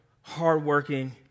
hardworking